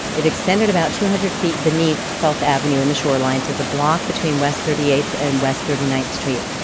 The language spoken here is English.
it extended about two hundred feet beneath twelfth avenue and the shoreline to the block between west thirty eighth and west thirty ninth street.